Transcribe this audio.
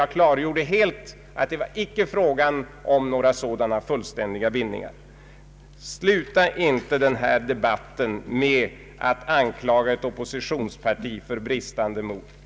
Jag klargjorde där att det icke var frågan om några sådana fullständiga bindningar från vår sida. Sluta inte denna debatt, herr Wickman, med att anklaga ett oppositionsparti för bristande mod.